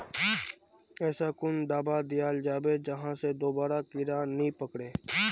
ऐसा कुन दाबा दियाल जाबे जहा से दोबारा कीड़ा नी पकड़े?